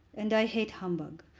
and i hate humbug.